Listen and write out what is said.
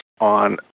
on